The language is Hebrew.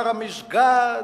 "הר המסגד",